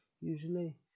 usually